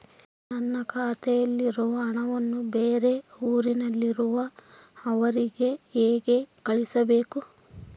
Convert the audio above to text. ನನ್ನ ಖಾತೆಯಲ್ಲಿರುವ ಹಣವನ್ನು ಬೇರೆ ಊರಿನಲ್ಲಿರುವ ಅವರಿಗೆ ಹೇಗೆ ಕಳಿಸಬೇಕು?